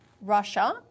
russia